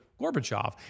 Gorbachev